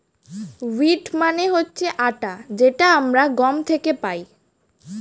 wheat মানে হচ্ছে আটা যেটা আমরা গম থেকে পাই